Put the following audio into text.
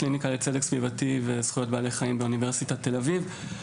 הקליניקה לצדק סביבתי וזכויות בעלי חיים באוניברסיטת תל אביב.